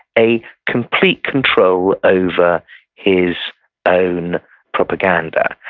a complete control over his own propaganda,